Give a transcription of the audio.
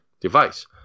device